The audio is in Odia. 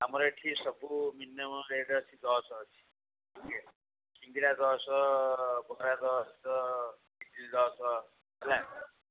ଆମର ଏଠି ସବୁ ମିନିମମ୍ ରେଟ୍ ଅଛି ଦଶ ଅଛି ଇଏ ସିଙ୍ଗଡ଼ା ଦଶ ବରା ଦଶ ଇଟିଲି ଦଶ ହେଲା